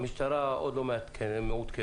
המשטרה עוד לא מעודכנת.